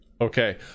Okay